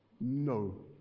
no